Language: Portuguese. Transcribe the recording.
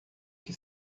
que